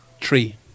Three